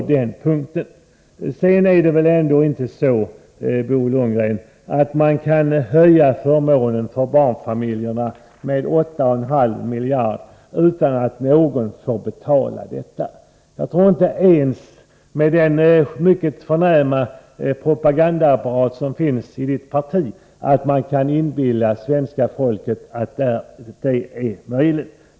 Sedan är det väl inte så att man kan höja förmånerna för barnfamiljerna med 8,5 miljarder utan att någon får betala detta. Jag tror inte att man ens med den mycket förnäma propagandaapparat som Bo Lundgrens parti har kan inbilla svenska folket att detta är möjligt.